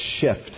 shift